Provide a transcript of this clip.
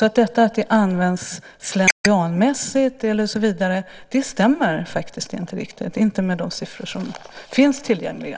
Att det används slentrianmässigt stämmer faktiskt inte riktigt, inte med de siffror som finns tillgängliga.